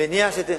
אתה לפחות ישר.